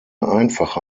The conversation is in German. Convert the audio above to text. einfache